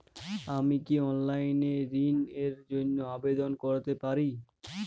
আমি কি অনলাইন এ ঋণ র জন্য আবেদন করতে পারি?